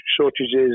shortages